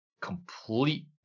complete